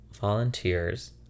volunteers